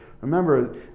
remember